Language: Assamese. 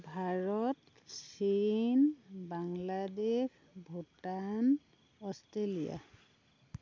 ভাৰত চীন বাংলাদেশ ভূটান অষ্ট্ৰেলিয়া